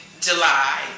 july